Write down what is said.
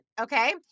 okay